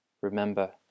Remember